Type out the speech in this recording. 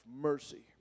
mercy